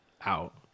out